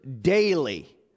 daily